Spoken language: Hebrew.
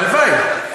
הלוואי,